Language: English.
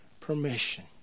permission